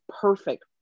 perfect